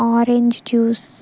orange juice